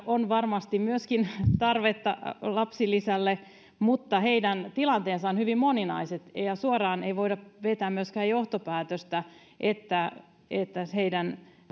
on varmasti myöskin tarvetta lapsilisälle mutta heidän tilanteensa ovat hyvin moninaiset ja ja suoraan ei voida vetää myöskään johtopäätöstä että että heidän